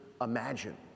imagine